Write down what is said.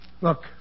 Look